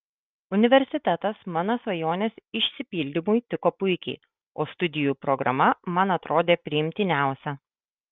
universitetas mano svajonės išsipildymui tiko puikiai o studijų programa man atrodė priimtiniausia